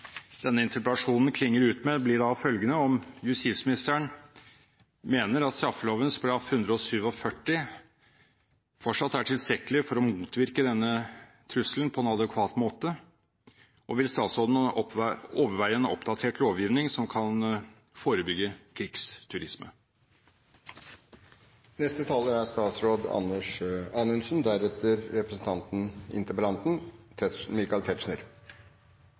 denne interpellasjonen klinger ut med, blir da følgende: Mener justisministeren at straffeloven § 147 fortsatt er tilstrekkelig for å motvirke denne trusselen på en adekvat måte, og vil statsråden overveie en oppdatert lovgivning som kan forebygge krigsturisme? La meg først få takke representanten